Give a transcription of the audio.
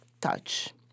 touch